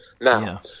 Now